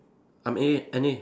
I'm A N_A